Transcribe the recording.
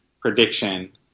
prediction